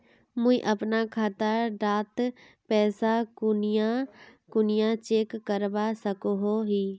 मुई अपना खाता डात पैसा कुनियाँ कुनियाँ चेक करवा सकोहो ही?